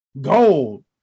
gold